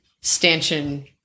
stanchion